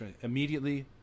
immediately